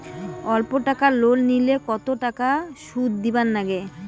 অল্প টাকা লোন নিলে কতো টাকা শুধ দিবার লাগে?